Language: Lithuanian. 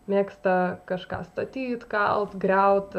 mėgsta kažką statyt kalt griaut